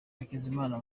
hakizimana